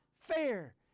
fair